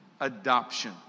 adoption